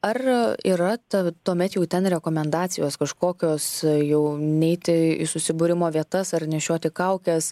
ar yra ta tuomet jau ten rekomendacijos kažkokios jau neiti į susibūrimo vietas ar nešioti kaukes